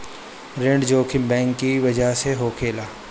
ऋण जोखिम बैंक की बजह से होखेला